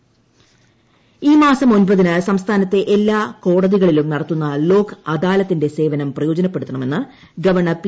governor ഈ മാസം ഒൻപതിന് സംസ്ഥാനത്തെ എല്ലാകോടതികളിലും നടത്തുന്ന ലോക് അദാലത്തിന്റെ സേവനം പ്രയോജനപ്പെടുത്തണമെന്ന് ഗവർണർ പി